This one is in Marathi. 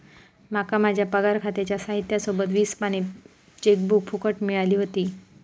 माका माझ्या पगार खात्याच्या साहित्या सोबत वीस पानी चेकबुक फुकट मिळाली व्हती